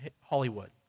Hollywood